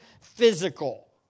physical